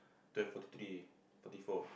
twelve forty three forty four